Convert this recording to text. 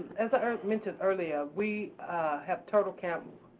as i mentioned earlier, we have turtle camp,